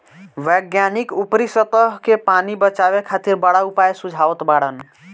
वैज्ञानिक ऊपरी सतह के पानी बचावे खातिर बड़ा उपाय सुझावत बाड़न